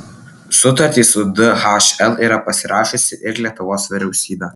sutartį su dhl yra pasirašiusi ir lietuvos vyriausybė